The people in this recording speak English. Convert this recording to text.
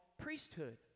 priesthood